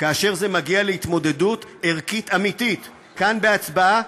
כאשר זה מגיע להתמודדות ערכית אמיתית כאן בהצבעה,